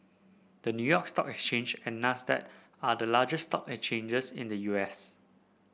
the New York Stock Exchange and Nasdaq are the largest stock exchanges in the U S